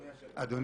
הצבעה בעד,